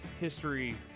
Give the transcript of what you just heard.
history